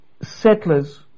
settlers